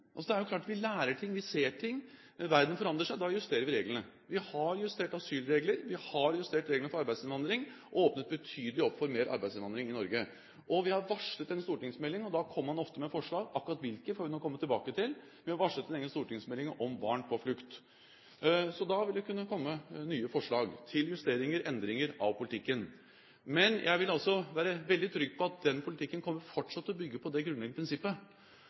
Det er klart at vi lærer ting og ser ting. Verden forandrer seg, og da justerer vi reglene. Vi har justert asylregler, vi har justert reglene for arbeidsinnvandring og vi har åpnet opp for betydelig mer arbeidsinnvandring i Norge. Vi har varslet en stortingsmelding, og da kommer man ofte med forslag – akkurat hvilke får vi komme tilbake til. Men vi har varslet en egen stortingsmelding om barn på flukt. Så da vil det kunne komme nye forslag til justeringer og endringer av politikken. Men jeg vil være trygg på at den politikken fortsatt kommer til å bygge på det grunnleggende prinsippet